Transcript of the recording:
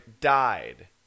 died